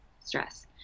stress